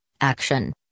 Action